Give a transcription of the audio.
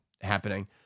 happening